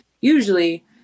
usually